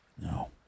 No